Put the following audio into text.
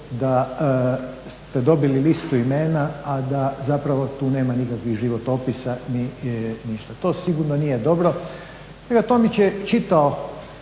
da ste dobili listu imena, a da zapravo tu nema nikakvih životopisa ni ništa. To sigurno nije dobro. Kolega Tomić je čitao